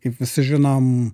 kaip visi žinom